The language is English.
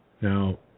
Now